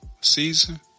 season